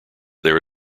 there